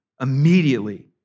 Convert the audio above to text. immediately